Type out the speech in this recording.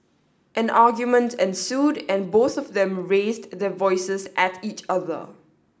an argument ensued and both of them raised their voices at each other